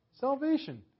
salvation